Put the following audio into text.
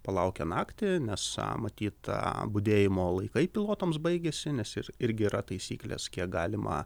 palaukė naktį nes matyt budėjimo laikai pilotams baigėsi nes ir irgi yra taisyklės kiek galima